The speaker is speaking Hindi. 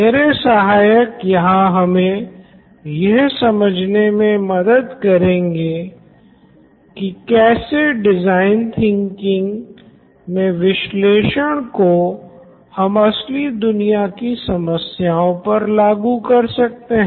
मेरे सहायक यहाँ हमें यह समझने मे मदद करेंगे की कैसे डिज़ाइन थिंकिंग मे विश्लेषण को हम असली दुनिया की समस्याओं पर लागू कर सकते है